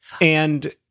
And-